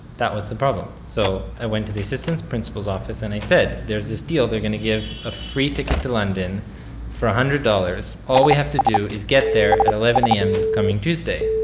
that was the problem. so i went to the assistant principal's office, and i said, there's this deal. they're going to give a free ticket to london for one hundred dollars. all we have to do is get there at eleven a m. this coming tuesday.